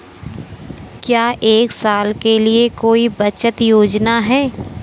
क्या एक साल के लिए कोई बचत योजना है?